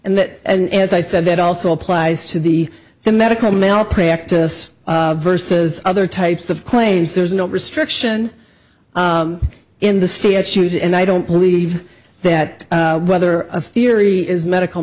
and that as i said that also applies to the the medical malpractise versus other types of claims there's no restriction in the statute and i don't believe that whether a theory is medical